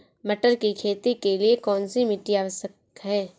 मटर की खेती के लिए कौन सी मिट्टी आवश्यक है?